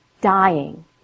dying